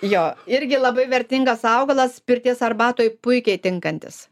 jo irgi labai vertingas augalas pirties arbatoj puikiai tinkantis